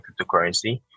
cryptocurrency